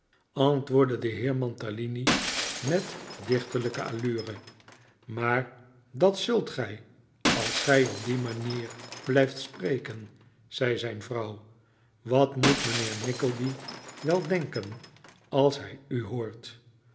antwoordde de heer mantalini met dichterlijke allure maar dat zult gij als gij op die manier blijft spreken zei zijn vrouw wat moet mijnheer nickleby wel denken als hij u hoort